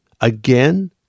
again